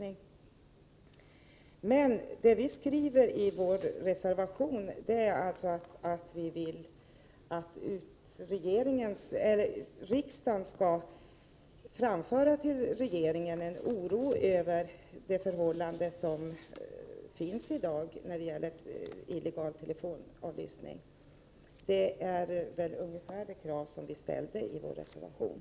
Vi skriver emellertid i vår reservation att vi anser att riksdagen till regeringen skall framföra den oro som finns när det gäller illegal telefonavlyssning. Det är ungefär detta som vi har framfört i vår reservation.